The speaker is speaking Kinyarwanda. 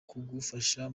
kugufasha